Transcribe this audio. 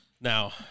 Now